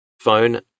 phone